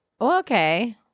Okay